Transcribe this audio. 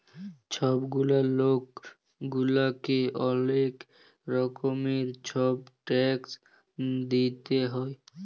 ছব গুলা লক গুলাকে অলেক রকমের ছব ট্যাক্স দিইতে হ্যয়